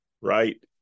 right